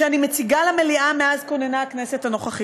שאני מציגה למליאה מאז כוננה הכנסת הנוכחית.